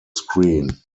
screen